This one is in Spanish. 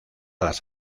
las